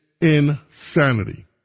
insanity